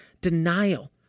denial